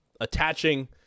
attaching